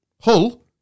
Hull